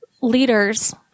leaders